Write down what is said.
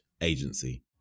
agency